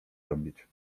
robić